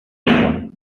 once